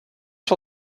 for